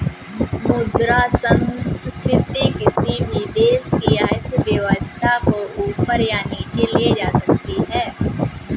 मुद्रा संस्फिति किसी भी देश की अर्थव्यवस्था को ऊपर या नीचे ले जा सकती है